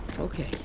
Okay